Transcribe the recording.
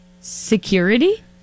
Security